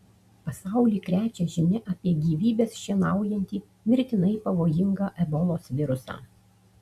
pasaulį krečia žinia apie gyvybes šienaujantį mirtinai pavojingą ebolos virusą